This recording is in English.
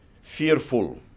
fearful